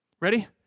Ready